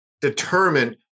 determine